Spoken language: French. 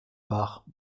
part